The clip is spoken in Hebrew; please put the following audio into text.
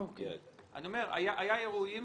היו אירועים